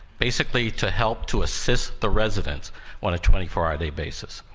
basically to help to assist the residents on a twenty four hour a day basis,